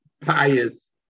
pious